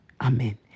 Amen